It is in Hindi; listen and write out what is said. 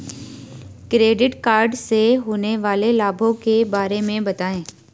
क्रेडिट कार्ड से होने वाले लाभों के बारे में बताएं?